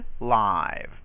live